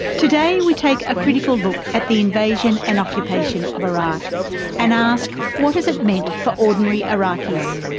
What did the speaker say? today we take a critical look at the invasion and occupation of iraq and ask what has it meant for ordinary iraqis.